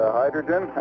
hydrogen